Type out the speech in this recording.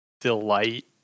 delight